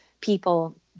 people